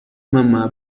mamá